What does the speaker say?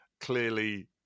clearly